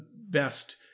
best